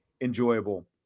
enjoyable